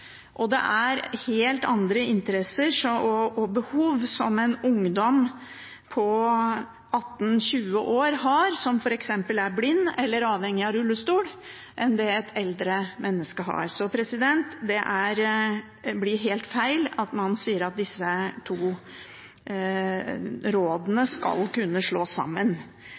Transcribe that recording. og det er helt andre interesser og behov en ungdom på 18–20 år har, som f.eks. er blind eller avhengig av rullestol, enn det et eldre menneske har. Så det blir helt feil å si at disse to rådene skal kunne slås sammen.